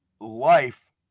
life